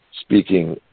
speaking